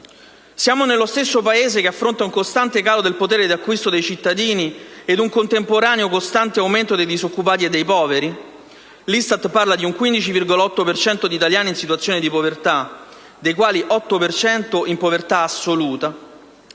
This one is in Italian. Siamo nello stesso Paese che affronta un costante calo del potere d'acquisto dei cittadini ed un contemporaneo costante aumento dei disoccupati e dei poveri ? L'ISTAT parla di un 15,8 per cento di italiani in situazione di povertà, dei quali l'8 per cento in povertà assoluta.